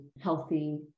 healthy